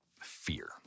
fear